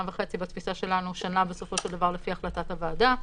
וחצי לתפיסתנו ושנה בסופו של דבר לפי החלטת הוועדה,